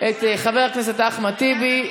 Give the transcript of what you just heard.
את חבר הכנסת אחמד טיבי,